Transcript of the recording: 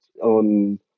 on